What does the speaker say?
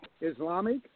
Islamic